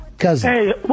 Hey